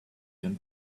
them